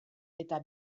eta